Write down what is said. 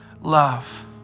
love